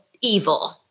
evil